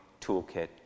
toolkit